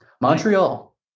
Montreal